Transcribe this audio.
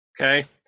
Okay